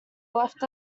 left